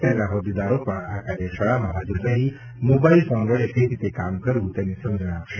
સેલના હોદ્દેદારો પણ આ કાર્યશાળામાં હાજર રહી મોબાઇલ ફોન વડે કઈ રીતે કામ કરવું તેની સમજણ આપશે